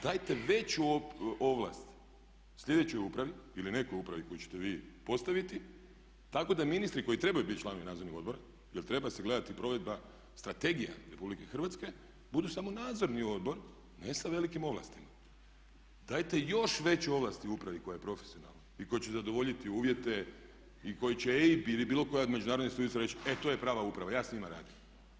Dajte veću ovlast slijedećoj upravi ili nekoj upravi koju ćete vi postaviti tako da ministri koji trebaju biti članovi nadzornih odbora, jer treba se gledati i provedba strategija RH budu samo nadzorni odbor ne sa velikim ovlastima, dajte još veće ovlasti upravi koja je profesionalna i koja će zadovoljiti uvjete i koje će … ili bilo koja od međunarodnih institucija reći e to je prava uprava ja s njima radim.